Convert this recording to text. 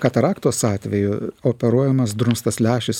kataraktos atveju operuojamas drumstas lęšis